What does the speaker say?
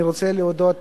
אני רוצה להודות